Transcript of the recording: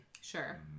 Sure